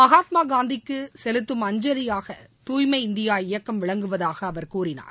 மகாத்மாகாந்திக்கு செலுத்தும் அஞ்சலியாக தூய்மை இந்தியா இயக்கம் விளங்குவதாக அவர் கூறினார்